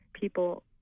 people